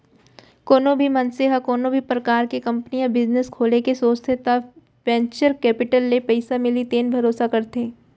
कोनो भी मनसे ह कोनो भी परकार के कंपनी या बिजनेस खोले के सोचथे त वेंचर केपिटल ले पइसा मिलही तेन भरोसा करथे